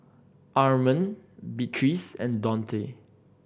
Armond Beatriz and Donte